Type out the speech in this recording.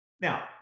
Now